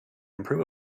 improve